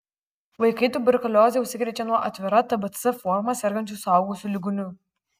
vaikai tuberkulioze užsikrečia nuo atvira tbc forma sergančių suaugusių ligonių